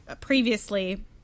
previously